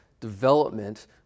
development